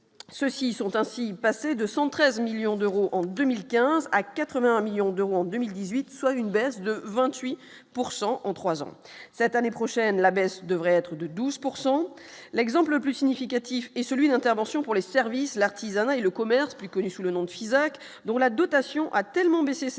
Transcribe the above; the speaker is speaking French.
ceux-ci sont ainsi passés de 113 millions d'euros en 2015 à 80 millions d'euros en 2018, soit une baisse de 28 pourcent en 3 ans cette année prochaine la baisse devrait être de 12 pourcent l'exemple le plus significatif est celui d'intervention pour les services, l'artisanat et le commerce, plus connu sous le nom de Fisac, dont la dotation a tellement baissé ces